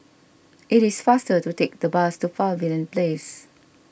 it is faster to take the bus to Pavilion Place